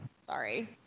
Sorry